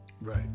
Right